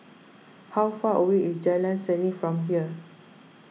how far away is Jalan Seni from here